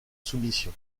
soumission